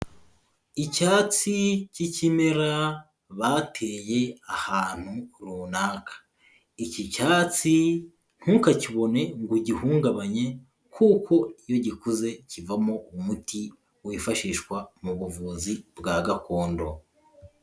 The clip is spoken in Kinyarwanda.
Icyatsi cy'ikimera bateye ahantu runaka, iki cyatsi ntukakibone ngo ugihungabanye kuko iyo gikuze kivamo umuti wifashishwa mu buvuzi bwa gakondo.